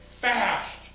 fast